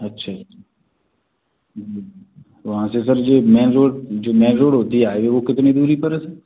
अच्छा वहाँ से सर जो मैन रोड जो मैन रोड होती है हाईवे वह कितनी दूरी पर है सर